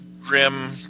grim